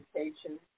education